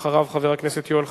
אחריו, חבר הכנסת יואל חסון,